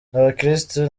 abakirisitu